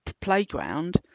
playground